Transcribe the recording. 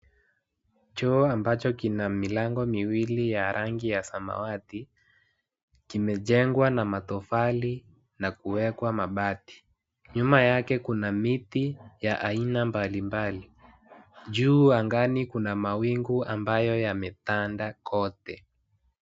Choo ambacho kina milangi miwili ya rangi ya samawati, kimejengwa na matofali na kuwekwa mabati. Nyuma yake kuna miti ya aina mbali mbali. Juu angani kuna mawingu ambayo yametanda kote.